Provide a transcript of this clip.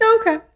Okay